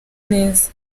neza